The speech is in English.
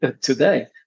today